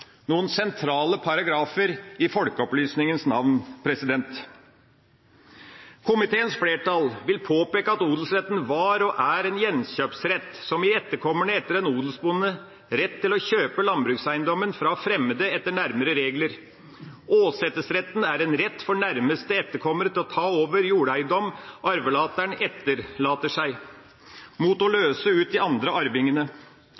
noen sentrale paragrafer i folkeopplysningens navn. Komiteens flertall vil påpeke at odelsretten var og er en gjenkjøpsrett som gir etterkommerne etter en odelsbonde rett til å kjøpe landbrukseiendommen fra fremmede etter nærmere regler. Åsetesretten er en rett for nærmeste etterkommere til å ta over jordeiendom arvelateren etterlater seg, mot å